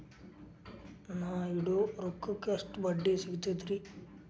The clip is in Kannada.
ನಾ ಇಡೋ ರೊಕ್ಕಕ್ ಎಷ್ಟ ಬಡ್ಡಿ ಸಿಕ್ತೈತ್ರಿ?